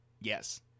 Yes